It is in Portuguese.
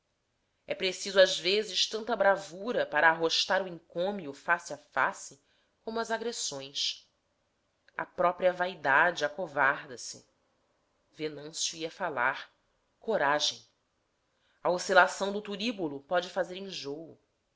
é preciso às vezes tanta bravura para arrostar o encômio face a face como as agressões a própria vaidade acovarda se venâncio ia falar coragem a oscilação do turíbulo pode fazer enjôo